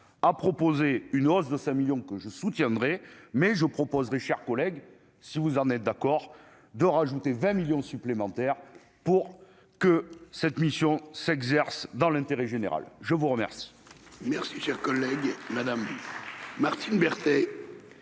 a proposé une hausse de 5 millions que je soutiendrai mais je proposerai, chers collègues, si vous en êtes d'accord de rajouter 20 millions supplémentaires pour que cette mission s'exerce dans l'intérêt général, je vous remercie.